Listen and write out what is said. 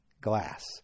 glass